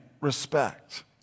respect